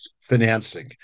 financing